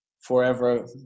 forever